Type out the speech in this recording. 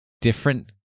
different